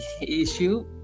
issue